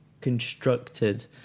constructed